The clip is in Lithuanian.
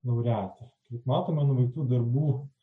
laureatė kaip matome nuveiktų darbų